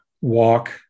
walk